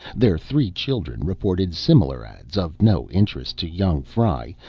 their three children reported similar ads, of no interest to young fry,